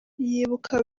yibuka